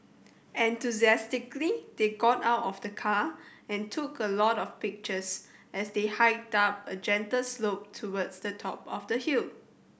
enthusiastically they got out of the car and took a lot of pictures as they hiked up a gentle slope towards the top of the hill